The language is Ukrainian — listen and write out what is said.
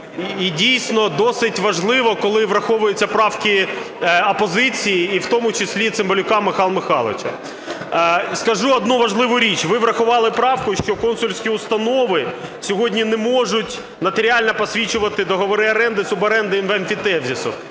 дійсно, досить важливо коли враховуються правки опозиції і в тому числі Цимбалюка Михайла Михайловича. Скажу одну важливу річ. Ви врахували правку, що консульські установи сьогодні не можуть нотаріально посвідчувати договори оренди, суборенди і емфітевзису.